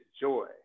joy